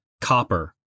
Copper